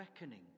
reckoning